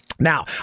Now